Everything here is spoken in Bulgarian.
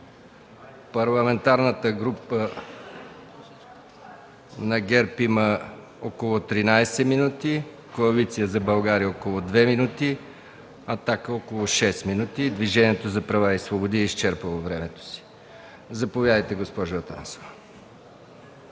Парламентарната група на ГЕРБ има около 13 минути, Коалиция за България – около 2 минути, „Атака” – около 6 минути, Движението за права и свободи е изчерпало времето си. Заповядайте, госпожо Атанасова.